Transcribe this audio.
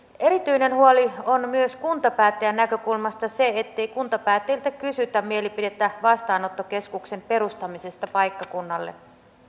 erityinen huoli on myös kuntapäättäjän näkökulmasta se ettei kuntapäättäjiltä kysytä mielipidettä vastaanottokeskuksen perustamisesta paikkakunnalle